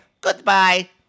Goodbye